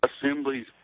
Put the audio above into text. assemblies